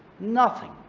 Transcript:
nothing.